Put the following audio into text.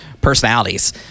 personalities